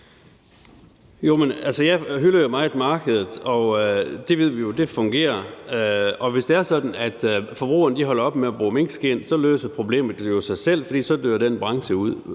(KF): Jeg hylder meget markedet, og det ved vi jo fungerer. Hvis det er sådan, at forbrugerne holder op med at bruge minkskind, så løser problemet sig selv, for så dør den branche ud.